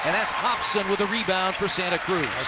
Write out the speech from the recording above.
and that's hobson with a rebound for santa cruz.